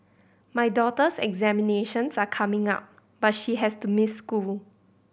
my daughter's examinations are coming up but she has to miss school